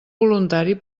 voluntari